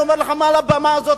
אני מודיע לך מעל הבמה הזאת,